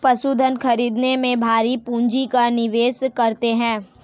पशुधन खरीदने में भारी पूँजी का निवेश करते हैं